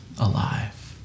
alive